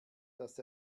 dass